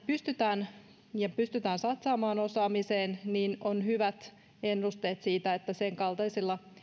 pystytään jos pystytään satsaamaan osaamiseen niin on hyvät ennusteet siitä että sen kaltaisilla